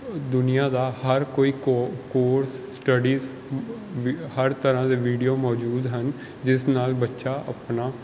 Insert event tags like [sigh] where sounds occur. ਦੁਨੀਆਂ ਦਾ ਹਰ ਕੋਈ ਕੋ ਕੋਰਸ ਸਟੱਡੀਸ [unintelligible] ਵੀ ਹਰ ਤਰ੍ਹਾਂ ਦੇ ਵੀਡੀਓ ਮੋਜੂਦ ਹਨ ਜਿਸ ਨਾਲ ਬੱਚਾ ਆਪਣਾ